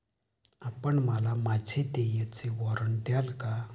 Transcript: आपण मला माझे देयचे वॉरंट द्याल का?